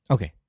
Okay